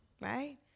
Right